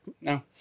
no